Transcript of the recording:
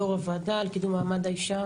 יו"ר הוועדה לקידום מעמד האישה,